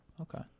Okay